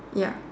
ya